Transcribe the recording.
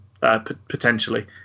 Potentially